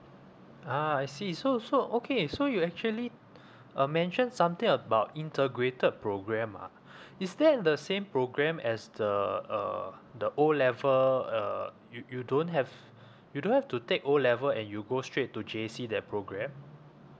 ah I see so so okay so you actually uh mentioned something about integrated programme ah is that the same programme as the uh the O level uh you you don't have you don't have to take O level and you go straight to J_C that programme